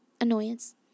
annoyance